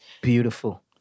beautiful